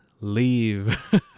leave